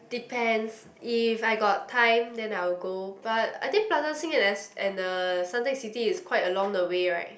depends if I got time then I will go but I think Plaza-Sing and as and the Suntec-City is quite along the way right